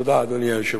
תודה, אדוני היושב-ראש.